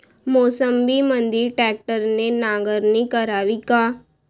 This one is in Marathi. मोसंबीमंदी ट्रॅक्टरने नांगरणी करावी का?